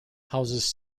houses